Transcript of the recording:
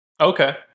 Okay